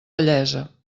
vellesa